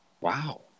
Wow